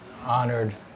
honored